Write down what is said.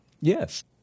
Yes